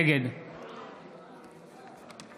נגד